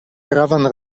gravan